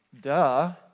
Duh